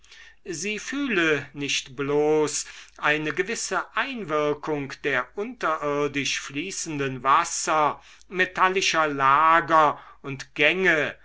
sie fühle nicht bloß eine gewisse einwirkung der unterirdisch fließenden wasser metallischer lager und gänge